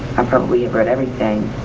i've probably read everything,